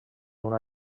una